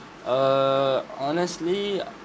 err honestly uh